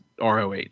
ROH